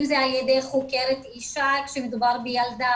אם זה על ידי חוקרת אישה כשמדובר בילדה,